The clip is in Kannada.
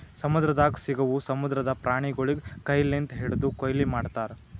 ಸಮುದ್ರದಾಗ್ ಸಿಗವು ಸಮುದ್ರದ ಪ್ರಾಣಿಗೊಳಿಗ್ ಕೈ ಲಿಂತ್ ಹಿಡ್ದು ಕೊಯ್ಲಿ ಮಾಡ್ತಾರ್